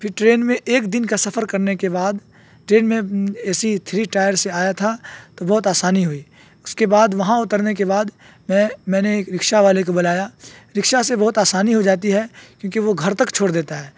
پھر ٹرین میں ایک دن کا سفر کرنے کے بعد ٹرین میں اے سی تھری ٹائر سے آیا تھا تو بہت آسانی ہوئی اس کے بعد وہاں اترنے کے بعد میں میں نے ایک رکشہ والے کو بلایا رکشہ سے بہت آسانی ہو جاتی ہے کیونکہ وہ گھر تک چھوڑ دیتا ہے